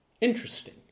interesting